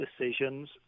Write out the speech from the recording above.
decisions